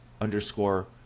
underscore